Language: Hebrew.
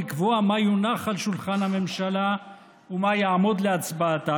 לקבוע מה יונח על שולחן הממשלה ומה יעמוד להצבעתה,